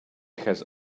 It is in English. has